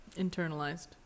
internalized